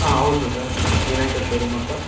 ಹಾಂ ಹೌದು sir Vinayaka showroom ಅಂತ